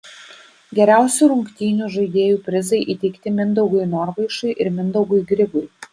geriausių rungtynių žaidėjų prizai įteikti mindaugui norvaišui ir mindaugui grigui